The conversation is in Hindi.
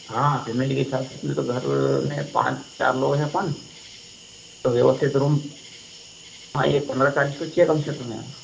हाँ फ़ैमिली के हिसाब से तो घर में पाँच चार लोग हैं अपन तो व्यवस्थित रूम हाँ यह पन्द्रह चालीस तो चाहिए कम से कम यार